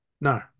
no